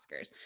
Oscars